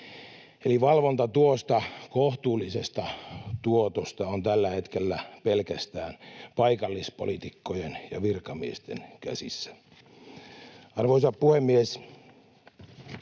Eli valvonta tuosta kohtuullisesta tuotosta on tällä hetkellä pelkästään paikallispoliitikkojen ja -virkamiesten käsissä. Arvoisa puhemies!